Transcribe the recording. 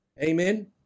Amen